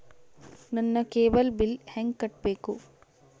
ನನ್ನ cable bill ಹೆಂಗ ಕಟ್ಟಬೇಕು?